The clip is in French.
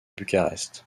bucarest